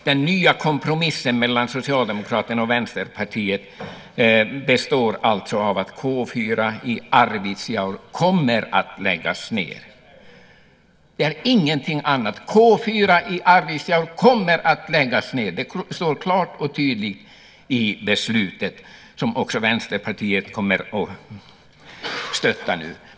Den nya kompromissen mellan Socialdemokraterna och Vänsterpartiet består alltså av att K 4 i Arvidsjaur kommer att läggas ned. Det är ingenting annat. K 4 i Arvidsjaur kommer att läggas ned. Det står klart och tydligt i det förslag som Vänsterpartiet kommer att stötta nu.